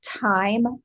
time